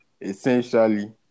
essentially